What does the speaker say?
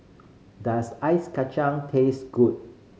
does ice kacang taste good